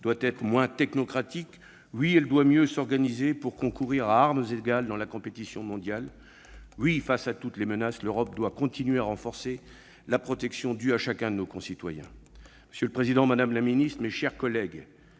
doit être moins technocratique. Oui, elle doit mieux s'organiser pour concourir à armes égales dans la compétition mondiale. Oui, face à toutes les menaces, l'Europe doit continuer à renforcer la protection due à chacun de ses concitoyens. Monsieur le président, madame la secrétaire d'État, mes chers collègues,